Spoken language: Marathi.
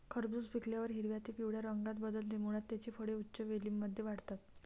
खरबूज पिकल्यावर हिरव्या ते पिवळ्या रंगात बदलते, मुळात त्याची फळे उंच वेलींमध्ये वाढतात